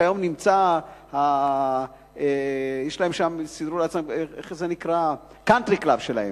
שהיום הם סידרו לעצמם שם את ה"קאנטרי קלאב" שלהם.